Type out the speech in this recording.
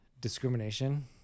discrimination